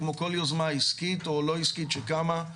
כמו כל יוזמה עסקית או לא עסקית שקמה.